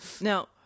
Now